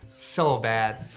so bad,